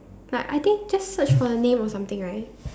like I think just search for the name or something right